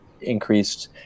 increased